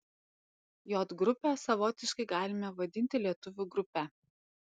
j grupę savotiškai galime vadinti lietuvių grupe